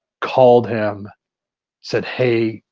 called him said hey,